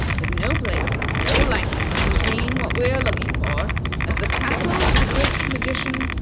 that no place is so likely to contain what we are looking for as the castle of the great magician,